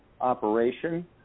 operation